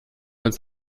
ins